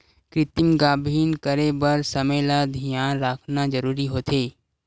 कृतिम गाभिन करे बर समे ल धियान राखना जरूरी होथे